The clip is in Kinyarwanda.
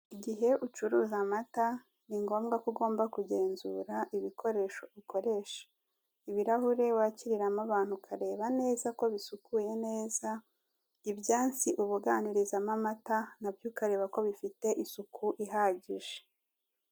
Igihe ucuruza amata ni ngombwa ko ugomba kugenzura ibikoresho ukoresha ibirahure wakiriramo abantu ukareba neza ko bisukuye neza ibyansi ubuganirizamo amata nabyo ukareba ko bifite isuku ihagije.